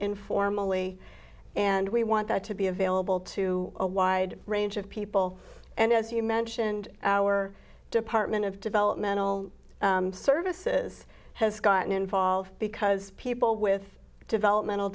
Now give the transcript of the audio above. informally and we want that to be available to a wide range of people and as you mentioned our department of developmental services has gotten involved because people with developmental